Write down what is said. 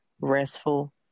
restful